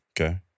Okay